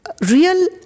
real